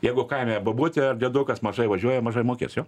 jeigu kaime bobutė ar diedukas mažai važiuoja mažai mokės jo